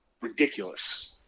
ridiculous